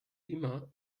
immer